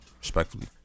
Respectfully